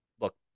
look